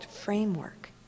framework